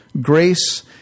Grace